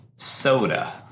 Soda